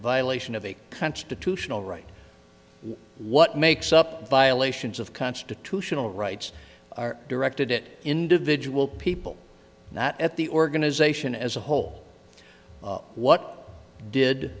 a violation of a constitutional right what makes up violations of constitutional rights are directed it individual people not at the organization as a whole what did